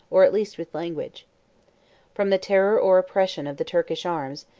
or at least with language from the terror or oppression of the turkish arms,